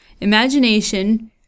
imagination